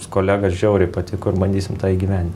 su kolega žiauriai patiko ir bandysim tą įgyvendint